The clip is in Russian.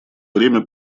время